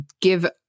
give